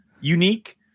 unique